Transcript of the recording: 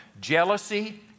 jealousy